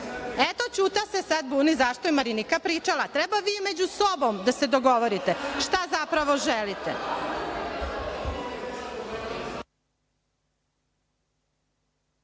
Ćuta se sada buni zašto je Marinika pričala. Treba vi međusobom da se dogovorite šta zapravo želite. Idemo